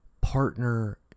partner